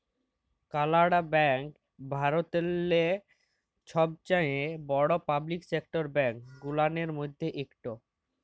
কালাড়া ব্যাংক ভারতেল্লে ছবচাঁয়ে বড় পাবলিক সেকটার ব্যাংক গুলানের ম্যধে ইকট